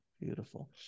beautiful